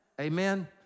Amen